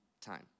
time